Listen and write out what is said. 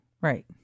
Right